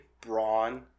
brawn